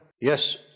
Yes